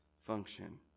function